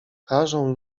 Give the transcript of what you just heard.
każą